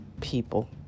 people